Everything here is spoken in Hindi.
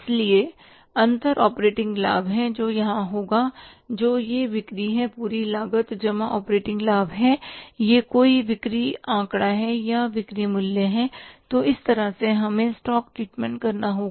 इसलिए अंतर ऑपरेटिंग लाभ है जो यहां होगा तो यह बिक्री है पूरी लागत जमा ऑपरेटिंग लाभ है यह कोई बिक्री आंकड़ा है यह बिक्री मूल्य है तो इस तरह से हमें स्टॉक ट्रीटमेंट करना होगा